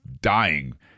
dying